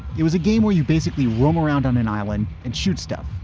it was a game where you basically roam around on an island and shoot stuff.